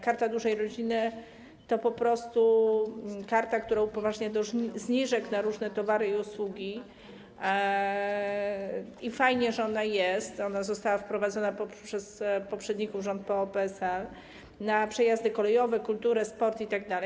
Karta Dużej Rodziny to po prostu karta, która upoważnia do zniżek na różne towary i usługi - i fajnie, że ona jest, ona została wprowadzona przez waszych poprzedników, rząd PO-PSL - na przejazdy kolejowe, kulturę, sport itd.